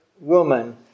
Woman